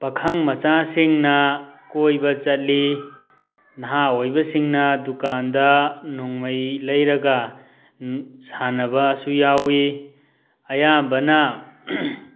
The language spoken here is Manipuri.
ꯄꯥꯈꯪ ꯃꯆꯥꯁꯤꯡꯅ ꯀꯣꯏꯕ ꯆꯠꯂꯤ ꯅꯍꯥ ꯑꯣꯏꯕꯁꯤꯡꯅ ꯗꯨꯀꯥꯟꯗ ꯅꯣꯡꯃꯩ ꯂꯩꯔꯒ ꯁꯥꯅꯕꯁꯨ ꯌꯥꯎꯏ ꯑꯌꯥꯝꯕꯅ